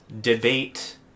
debate